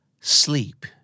Sleep